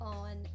on